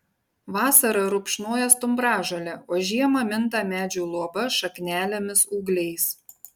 vasarą rupšnoja stumbražolę o žiemą minta medžių luoba šaknelėmis ūgliais